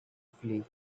flee